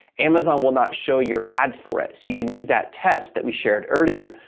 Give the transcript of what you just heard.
amazon will not show your ad for it. so, you can use that test that we shared earlier.